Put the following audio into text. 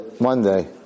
Monday